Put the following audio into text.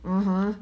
(uh huh)